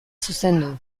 zuzendu